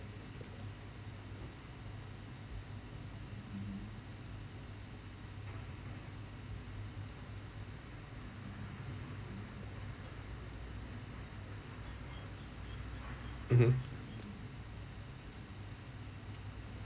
mmhmm